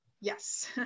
Yes